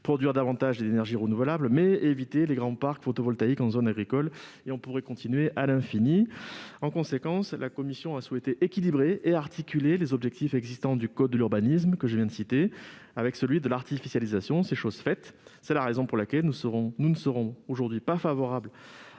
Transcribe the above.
produire plus d'énergie renouvelable mais éviter les grands parcs photovoltaïques en zone agricole ; on pourrait continuer à l'infini ... En conséquence, la commission a souhaité équilibrer et articuler les objectifs existants du code de l'urbanisme, que je viens de citer, avec l'objectif relatif à l'artificialisation. C'est chose faite. C'est la raison pour laquelle nous ne serons pas favorables